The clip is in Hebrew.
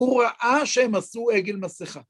‫הוא ראה שהם עשו עגל מסכה.